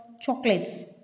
chocolates